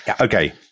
Okay